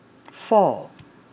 four